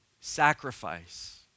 sacrifice